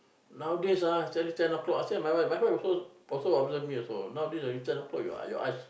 nowadays ah suddenly ten o-clock I say my wife my wife also also observe me also nowadays ten o-clock your eyes